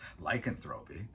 lycanthropy